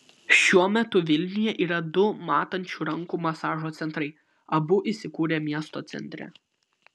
šiuo metu vilniuje yra du matančių rankų masažo centrai abu įsikūrę miesto centre